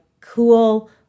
cool